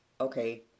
okay